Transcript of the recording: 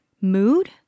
mood